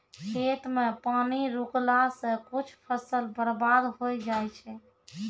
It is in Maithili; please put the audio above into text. खेत मे पानी रुकला से कुछ फसल बर्बाद होय जाय छै